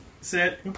Sit